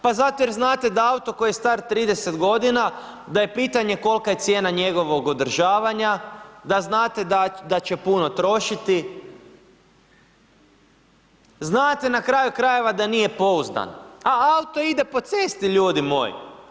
Pa zato jer znate da auto koji je star 30 godina, da je pitanje kol'ka je cijena njegovog održavanja, da znate da će, da će puno trošiti, znate na kraju krajeva da nije pouzdan, a auto ide po cesti ljudi moji.